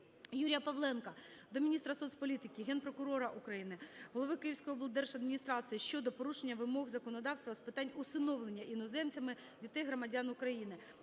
Юрія Павленка до міністра соцполітики, Генпрокурора України, голови Київської облдержадміністрації щодо порушення вимог законодавства з питань усиновлення іноземцями дітей-громадян України.